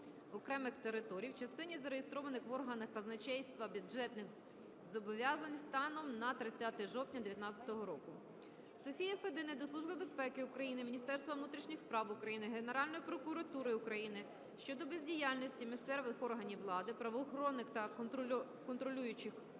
окремих територій в частині зареєстрованих в органах казначейства бюджетних зобов'язань станом на 30 жовтня 2019 року. Софії Федини до Служби безпеки України, Міністерства внутрішніх справ України, Генеральної прокуратури України щодо бездіяльності місцевих органів влади, правоохоронних та контролюючих